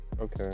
okay